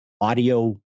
Audio